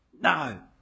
No